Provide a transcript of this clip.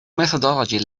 methodology